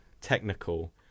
Technical